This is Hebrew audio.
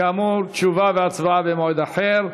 כאמור, תשובה והצבעה במועד אחר.